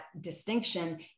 distinction